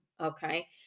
okay